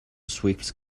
sweeps